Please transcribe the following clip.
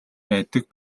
байдаг